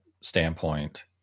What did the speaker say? standpoint